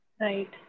Right